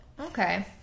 Okay